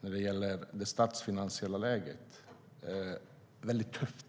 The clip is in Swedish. när det gäller det statsfinansiella läget är att det är tufft.